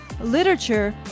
literature